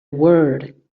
word